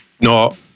no